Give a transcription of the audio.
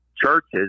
churches